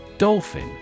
Dolphin